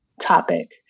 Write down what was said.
topic